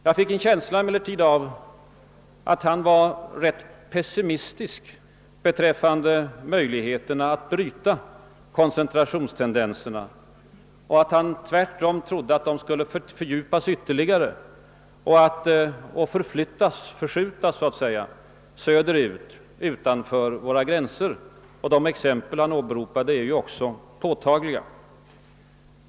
Jag fick emellertid en känsla av att han var rätt pessimistisk beträffande möjligheterna att bryta koncentrationstendenserna och att han tvärtom trodde att de skulle komma att förstärkas ytterligare och förskjutas söderut, utanför våra gränser. De exempel han åberopade är ju också påtagliga.